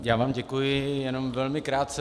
Já vám děkuji, jenom velmi krátce.